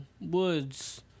woods